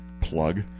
plug